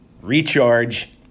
recharge